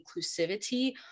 inclusivity